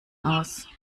aus